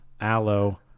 aloe